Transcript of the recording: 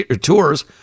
tours